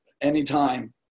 anytime